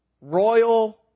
royal